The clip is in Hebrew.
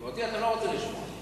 ואותי אתה לא רוצה לשמוע.